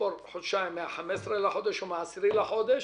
לספור חודשיים מה-15 לחודש או מה-10 לחודש.